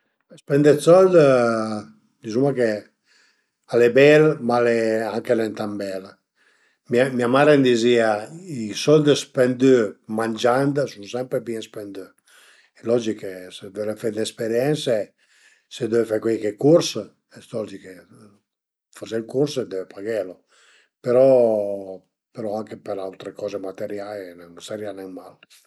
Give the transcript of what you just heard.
Spendi d'sold a dizuma che al e bel, ma al e anche nen tan bel. Mia mare a m'dizìa i sold spendü mangiant a sun sempre bin spendü, logich che se völe fe d'esperiense, se völe fe cuaich curs, al e logich che, faze ün curs deve paghelu però però anche për d'autre coze materiai a sarìa nen mal